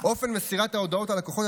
מכוח כללי